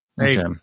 Hey